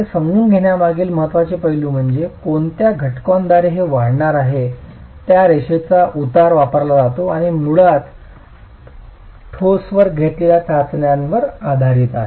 हे समजून घेण्यामागील महत्त्वाचे पैलू म्हणजे कोणत्या घटकाद्वारे हे वाढणार आहे त्या रेषेचा उतार वापरला जातो आणि हे मुळात ठोसवर घेतलेल्या चाचण्यांवर आधारित आहे